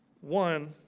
one